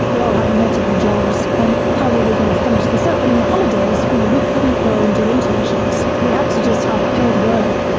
we all had multiple jobs, and how we were going to finish this up and in the holidays, you know, we couldn't go and do internships, we had to just have paid work.